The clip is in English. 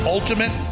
Ultimate